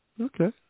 Okay